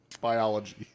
biology